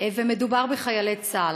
ומדובר בחיילי צה"ל.